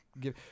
give